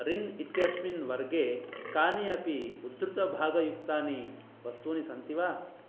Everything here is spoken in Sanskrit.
रिन् इत्यस्मिन् वर्गे कानि अपि उद्धृतभागयुक्तानि वस्तूनि सन्ति वा